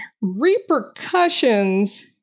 repercussions